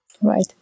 right